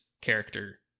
character